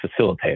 facilitator